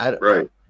Right